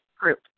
group